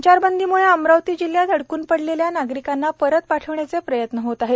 संचारबंदीमुळे अमरावती जिल्ह्यात अडकून पडलेल्या नागरिकांना परत पाठविण्याचे प्रयत्न होत आहेत